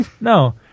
No